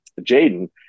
Jaden